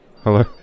Hello